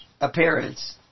appearance